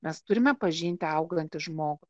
mes turime pažinti augantį žmogų